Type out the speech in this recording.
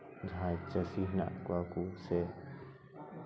ᱡᱟᱦᱟᱸᱭ ᱪᱟᱹᱥᱤ ᱦᱮᱱᱟᱜ ᱠᱚᱣᱟ ᱥᱮ